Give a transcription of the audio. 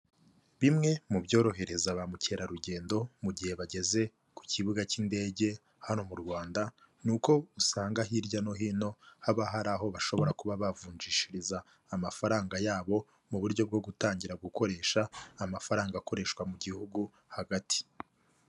Bimwe mu byorohereza ba mukerarugendo, mu gihe bageze ku kibuga k'indege hano mu Rwanda, ni uko usanga hirya no hino, haba hari aho bashobora kuba bavunjishiriza amafaranga yabo, mu buryo bwo gutangira gukoresha amafaranga akoreshwa mu gihugu hagati.